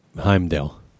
Heimdall